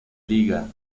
liga